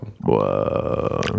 Whoa